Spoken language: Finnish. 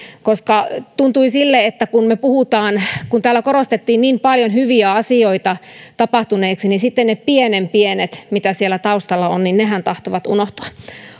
tuntui sille että kun täällä korostettiin niin paljon hyviä asioita tapahtuneeksi niin sitten ne pienenpienet mitä siellä taustalla on tahtovat unohtua